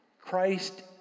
Christ